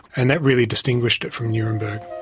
and that really distinguished it from nuremberg.